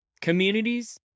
Communities